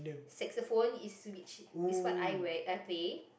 Saxophone is which is what I w~ I play